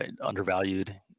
undervalued